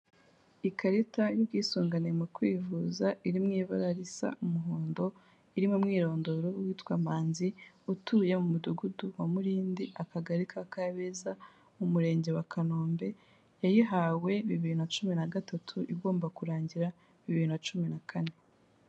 Ikarita y'ubwisungane mu kwivuza iri mu ibara risa umuhondo irimo umwirondoro wu witwa Manzi utuye mu mudugudu wa murindi akagari ka kabeza mu murenge wa kanombe yayihawe bibiri na cumi nagatatu igomba kurangira bibiri na cumi na kane .